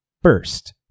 First